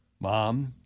Mom